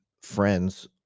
friends